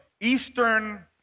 eastern